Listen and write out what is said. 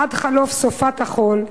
עד חלוף סופת החול,